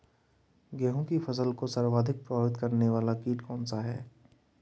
गेहूँ की फसल को सर्वाधिक प्रभावित करने वाला कीट कौनसा है?